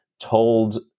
told